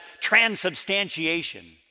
transubstantiation